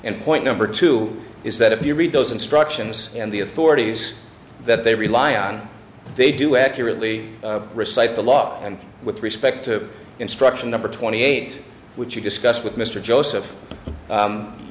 and point number two is that if you read those instructions and the authorities that they rely on they do accurately recite the law and with respect to instruction number twenty eight which you discussed with mr joseph